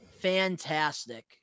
fantastic